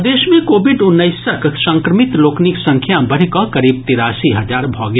प्रदेश मे कोविड उन्नैसक संक्रमित लोकनिक संख्या बढ़ि कऽ करीब तिरासी हजार भऽ गेल